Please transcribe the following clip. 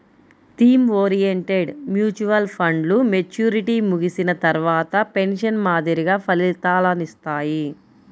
theme oriented mutual ఫండ్లు maturity ముగిసిన తర్వాత పెన్షన్ మాదిరిగా ఫలితాలనిత్తాయి